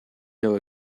know